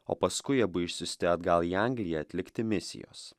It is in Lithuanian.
o paskui abu išsiųsti atgal į angliją atlikti misijos